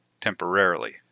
temporarily